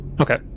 Okay